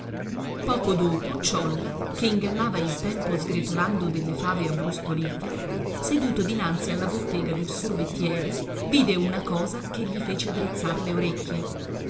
poco dopo ciolla che ingannava il tempo sgretolando delle fave abbrustolite seduto dinanzi alla bottega del sorbettiere vide una cosa che gli fece drizzar le orecchie